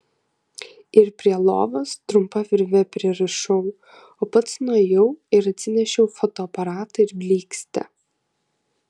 ir prie lovos trumpa virve pririšau o pats nuėjau ir atsinešiau fotoaparatą ir blykstę